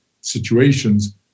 situations